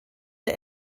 der